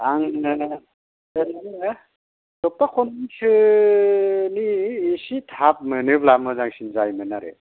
आंनो जायोना जाया सफथा खननैसोनि इसे थाब मोनोब्ला मोजांसिन जायोमोन आरो